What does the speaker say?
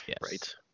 right